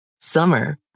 Summer